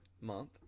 month